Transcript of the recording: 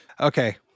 okay